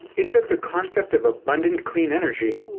it took the concept of abundant clean energy,